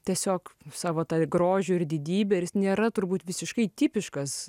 tiesiog savo grožiu ir didybe ir jis nėra turbūt visiškai tipiškas